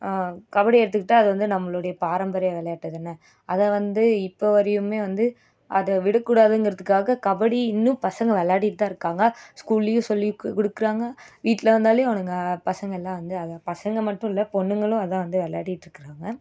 கபடியை எடுத்துக்கிட்டால் அது வந்து நம்மளுடைய பாரம்பரிய விளையாட்டு தானே அதை வந்து இப்போ வரையுமே வந்து அதை விடக்கூடாதுங்கிறதுக்காக கபடி இன்னும் பசங்க விளையாடிட்டு தான் இருக்காங்க ஸ்கூல்லேயும் சொல்லிக் கொடுக்குறாங்க வீட்டில் வந்தாலையும் அவனுங்க பசங்க எல்லாம் வந்து அதை பசங்க மட்டும் இல்லை பொண்ணுங்களும் அதுதான் வந்து விளையாடிட்டு இருக்காங்க